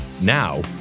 now